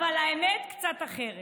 אבל האמת קצת אחרת.